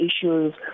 issues